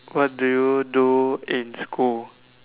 what do you do in school